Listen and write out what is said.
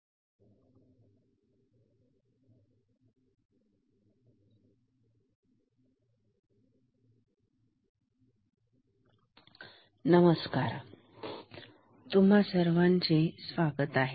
Smith ट्रिगरक्रमशः नमस्कार तुम्हा सर्वांचे स्वागत आहे